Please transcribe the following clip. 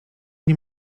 nie